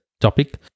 topic